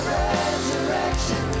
resurrection